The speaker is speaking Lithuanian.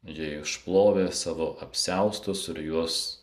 jie išplovė savo apsiaustus ir juos